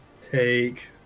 take